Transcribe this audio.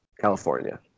California